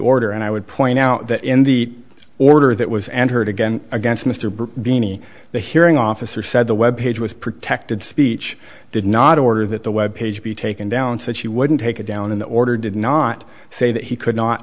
order and i would point out that in the order that was entered again against mr beeny the hearing officer said the web page was protected speech did not order that the web page be taken down said she wouldn't take it down in the order did not say that he could not